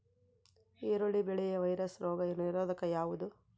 ಈರುಳ್ಳಿ ಬೆಳೆಯ ವೈರಸ್ ರೋಗ ನಿರೋಧಕ ಯಾವುದು?